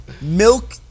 milk